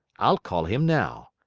i'll call him now,